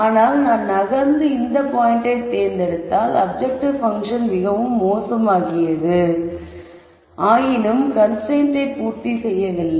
ஆனால் நான் நகர்ந்து இந்தப் பாயிண்ட்டை தேர்ந்தெடுத்ததால் அப்ஜெக்டிவ் பங்க்ஷன் மிகவும் மோசமாகியது ஆயினும் கன்ஸ்ரைன்ட்டை பூர்த்தி செய்யவில்லை